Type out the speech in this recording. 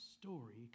story